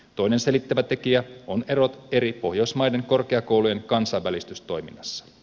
toinen selittävä tekijä on erot eri pohjoismai den korkeakoulujen kansainvälistystoiminnassa